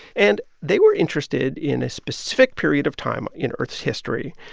and they were interested in a specific period of time in earth's history.